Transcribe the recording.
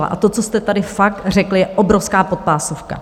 A to, co jste tady fakt řekl, je obrovská podpásovka.